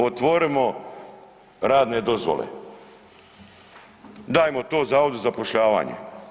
Otvorimo radne dozvole, dajmo to zavodu za zapošljavanje.